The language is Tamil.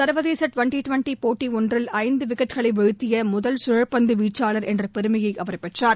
சர்வதேச ட்வென்டி ட்வென்டி போட்டி ஒன்றில் ஐந்து விக்கெட்டுகளை வீழ்த்திய முதல் சுழற்பந்து வீச்சாளர் என்ற பெருமையை அவர் பெற்றார்